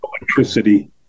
electricity